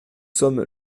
sommes